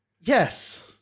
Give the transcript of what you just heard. Yes